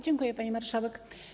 Dziękuję, pani marszałek.